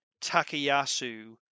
Takayasu